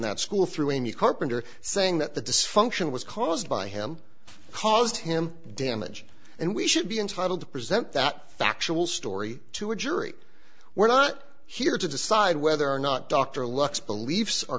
that school through a new carpenter saying that the dysfunction was caused by him caused him damage and we should be entitled to present that factual story to a jury we're not here to decide whether or not dr lux beliefs are